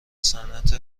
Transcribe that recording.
صنعت